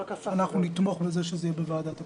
ולכן נתמוך בזה שזה יהיה בוועדת הכנסת.